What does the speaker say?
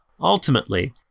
Ultimately